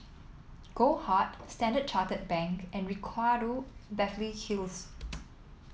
Goldheart Standard Chartered Bank and Ricardo Beverly Hills